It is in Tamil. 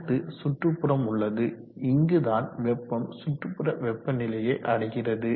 அடுத்து சுற்றுப்புறம் உள்ளது இங்குதான் வெப்பம் சுற்றுப்புற வெப்பநிலையை அடைகிறது